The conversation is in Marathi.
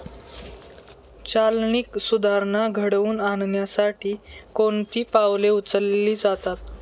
चालनीक सुधारणा घडवून आणण्यासाठी कोणती पावले उचलली जातात?